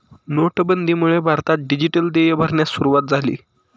नोटाबंदीमुळे भारतात डिजिटल देय भरण्यास सुरूवात झाली